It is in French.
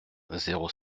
zéro